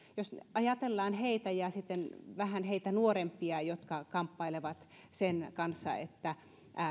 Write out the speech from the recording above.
ajatellaan heitä ja vähän heitä nuorempia jotka kamppailevat sen kanssa